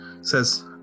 says